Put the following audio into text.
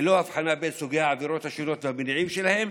ללא הבחנה בין סוגי העבירות השונות והמניעים שלהן,